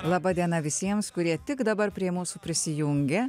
laba diena visiems kurie tik dabar prie mūsų prisijungė